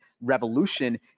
revolution